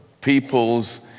peoples